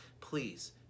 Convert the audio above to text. please